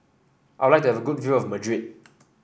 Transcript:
I would like to have a good view of Madrid